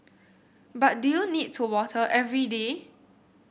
but do you need to water every day